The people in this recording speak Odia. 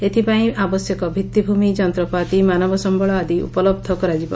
ଏଥପାଇଁ ଆବଶ୍ୟକ ଭିଉିଭ୍ମି ଯନ୍ତପାତି ମାନବସମ୍ୟଳ ଆଦି ଉପଲହ୍ବ କରାଯିବ